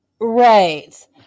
Right